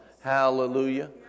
Hallelujah